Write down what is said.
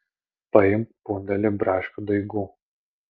paimk pundelį braškių daigų